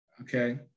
okay